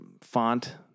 font